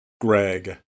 Greg